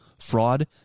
fraud